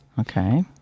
Okay